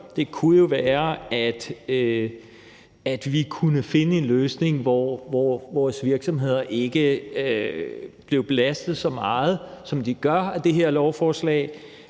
Det kunne jo være, at vi kunne finde en løsning, hvor vores virksomheder ikke blev belastet så meget, som de gør, af det her lovforslag,